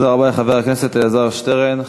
תודה רבה לחבר הכנסת אלעזר שטרן.